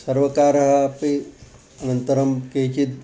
सर्वकारः अपि अनन्तरं केचित्